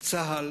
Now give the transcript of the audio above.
צה"ל